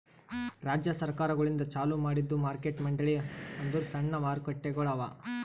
ರಾಜ್ಯ ಸರ್ಕಾರಗೊಳಿಂದ್ ಚಾಲೂ ಮಾಡಿದ್ದು ಮಾರ್ಕೆಟ್ ಮಂಡಳಿ ಅಂದುರ್ ಸಣ್ಣ ಮಾರುಕಟ್ಟೆಗೊಳ್ ಅವಾ